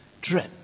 drip